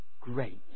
great